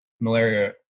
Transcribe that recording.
malaria